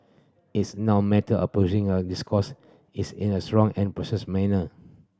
it's now matter this course is in a strong and manner